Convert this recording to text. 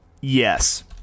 Yes